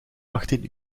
achttien